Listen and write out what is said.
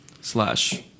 slash